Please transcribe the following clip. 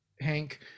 Hank